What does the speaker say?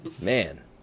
Man